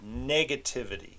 negativity